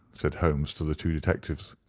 said holmes to the two detectives.